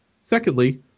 Secondly